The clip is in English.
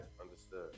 Understood